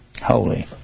holy